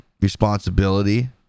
responsibility